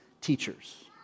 teachers